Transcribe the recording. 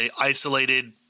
isolated